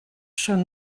són